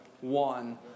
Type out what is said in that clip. one